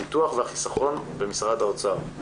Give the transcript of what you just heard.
הביטחון והחיסכון במשרד האוצר.